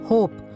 Hope